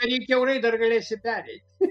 per jį kiaurai dar galėsi pereit